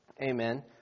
Amen